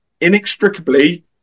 inextricably